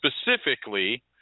specifically